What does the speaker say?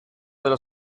della